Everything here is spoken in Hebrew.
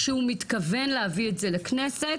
שהוא מתכוון להביא את זה לכנסת,